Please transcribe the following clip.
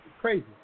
crazy